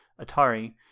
Atari